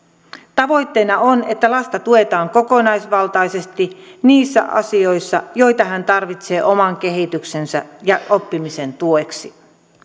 tavoitteena on että lasta tuetaan kokonaisvaltaisesti niissä asioissa joita hän tarvitsee oman kehityksensä ja oppimisen tueksi